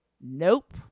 nope